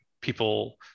People